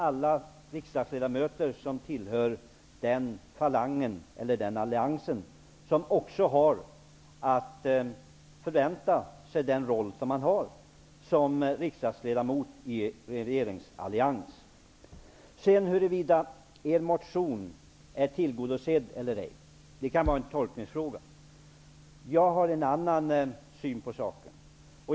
Alla riksdagsledamöter som tillhör den falangen måste inta sin roll såsom ledamot av ett parti i regeringsalliansen. Huruvida er motion är tillgodosedd eller ej kan vara en tolkningsfråga. Jag har en annan syn på saken.